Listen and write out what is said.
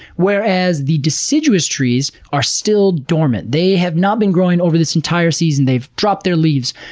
whereas the deciduous trees are still dormant, they have not been growing over this entire season, they've dropped their leaves.